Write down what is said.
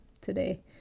today